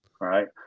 right